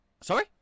Sorry